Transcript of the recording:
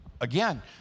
again